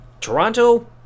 Toronto